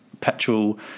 petrol